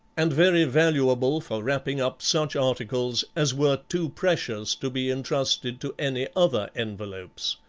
and very valuable for wrapping up such articles as were too precious to be intrusted to any other envelopes.